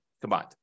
combined